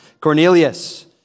Cornelius